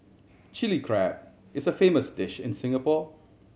Chilli Crab is a famous dish in Singapore